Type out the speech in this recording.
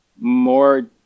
more